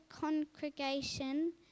congregation